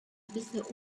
bisher